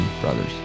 Brothers